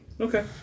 Okay